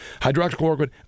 hydroxychloroquine